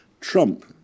Trump